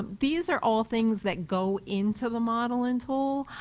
these are all things that go into the modeling tool.